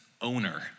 owner